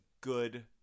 good